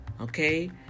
okay